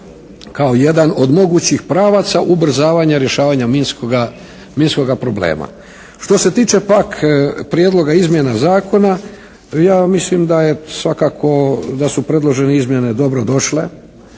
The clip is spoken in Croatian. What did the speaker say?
kao jedan od mogućih pravaca ubrzavanja rješavanja minskoga problema. Što se tiče pak Prijedloga izmjena zakona ja mislim da je svakako da su predložene izmjene dobro došle.